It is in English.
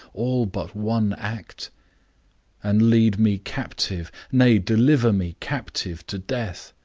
all but one act and lead me captive, nay, deliver me captive to death,